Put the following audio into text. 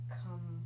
come